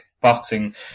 boxing